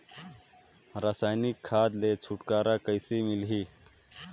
रसायनिक खाद ले छुटकारा कइसे मिलही?